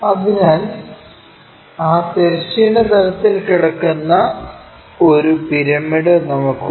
അതിനാൽ ആ തിരശ്ചീന തലത്തിൽ കിടക്കുന്ന ഒരു പിരമിഡ് നമുക്ക് ഉണ്ട്